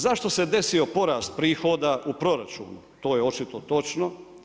Zašto se desio porast prihoda u proračunu to je očito točno.